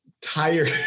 tired